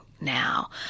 Now